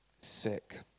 sick